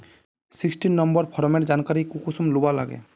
Sixteen number farmer जानकारी कुंसम लुबा लागे?